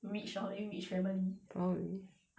rich lor eh rich family